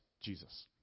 Jesus